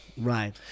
Right